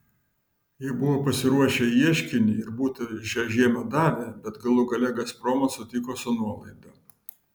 jie buvo pasiruošę ieškinį ir būtų šią žiemą davę bet galų gale gazpromas sutiko su nuolaida